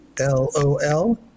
L-O-L